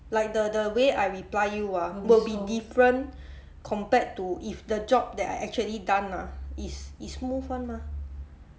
like the the way I reply you ah will be different compared to if the job that I actually done ah it's it's smooth [one] mah